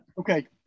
Okay